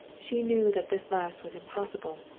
she knew that this last was impossible,